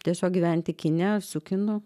tiesiog gyventi kine su kinu